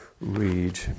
read